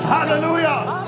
Hallelujah